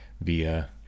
via